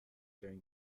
during